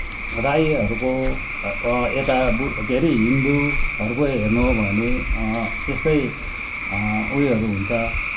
राईहरूको बु यता के अरे हिन्दुहरूको हेर्नु हो भने त्यस्तै उयोहरू हुन्छ